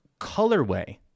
colorway